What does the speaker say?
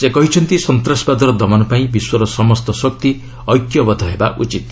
ସେ କହିଛନ୍ତି ସନ୍ତାସବାଦର ଦମନ ପାଇଁ ବିଶ୍ୱର ସମସ୍ତ ଶକ୍ତି ଐକ୍ୟବଦ୍ଧ ହେବା ଉଚିତ୍